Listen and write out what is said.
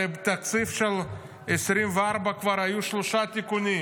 הרי בתקציב 2024 כבר היו שלושה תיקונים.